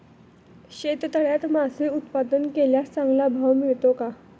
शेततळ्यात मासे उत्पादन केल्यास चांगला भाव मिळतो का?